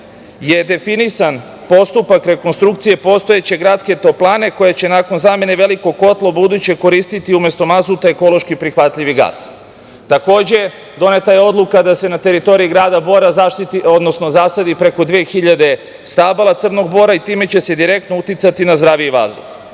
je definisan postupak rekonstrukcije postojeće gradske toplane koja će nakon zamene velikog kotla buduće koristiti umesto mazuta, ekološki prihvatljivi gas. Takođe, doneta je odluka da se na teritoriji grada Bora zaštiti, odnosno zasadi preko 2.000 stabala crnog bora i time će se direktno uticati na zdraviji vazduh.